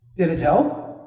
did it help?